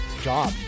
job